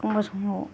एखमब्ला समाव